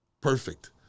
Perfect